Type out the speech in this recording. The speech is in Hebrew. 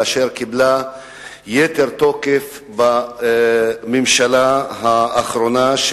אשר קיבלה יתר תוקף בממשלה האחרונה,